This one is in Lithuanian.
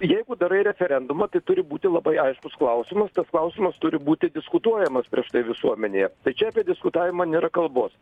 jeigu darai referendumą tai turi būti labai aiškus klausimas tas klausimas turi būti diskutuojamas prieš tai visuomenėje tai čia apie diskutavimą nėra kalbos